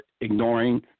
ignoring